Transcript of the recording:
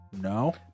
No